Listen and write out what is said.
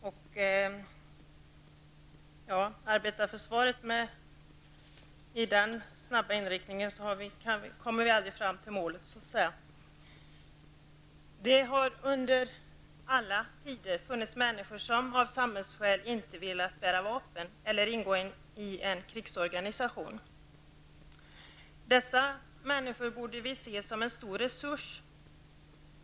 Om försvaret arbetar i samma takt kommer vi aldrig fram till målet. I alla tider har det funnits människor som av samhällsskäl inte har velat bära vapen eller ingå i en krigsorganisation. Vi borde se dessa människor som en stor resurs.